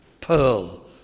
pearl